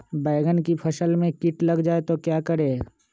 बैंगन की फसल में कीट लग जाए तो क्या करें?